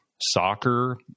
soccer